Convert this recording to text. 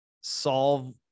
solve